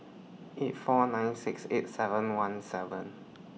eight four nine six eight seven one seven